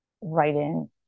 writing